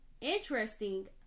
Interesting